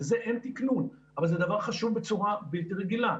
לזה אין תקנון, אבל זה דבר חשוב בצורה בלתי רגילה.